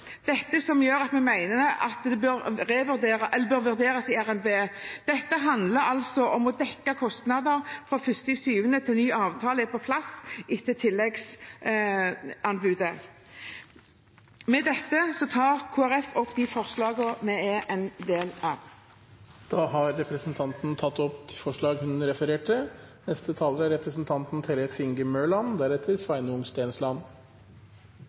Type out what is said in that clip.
dette som gjør at vi mener at det bør vurderes i RNB. Dette handler altså om å dekke kostnader fra 1. juli til ny avtale er på plass etter tilleggsanbudet. Med dette tar jeg opp de forslagene Kristelig Folkeparti er alene om, og forslag nr. 5, som vi er sammen med Arbeiderpartiet, Senterpartiet og SV om. Representanten